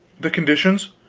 the conditions